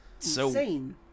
insane